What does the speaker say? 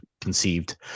conceived